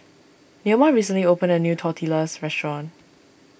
Neoma recently opened a new Tortillas restaurant